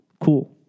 cool